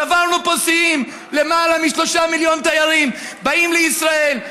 שברנו פה שיאים: למעלה משלושה מיליון תיירים באים לישראל,